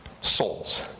souls